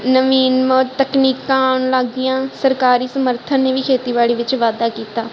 ਨਵੀਨਤਮ ਤਕਨੀਕਾਂ ਆਉਣ ਲੱਗ ਗਈਆਂ ਸਰਕਾਰੀ ਸਮਰਥਨ ਨੇ ਵੀ ਖੇਤੀਬਾੜੀ ਵਿੱਚ ਵਾਧਾ ਕੀਤਾ